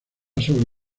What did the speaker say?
sobre